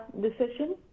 decision